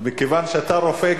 מכיוון שאתה רופא,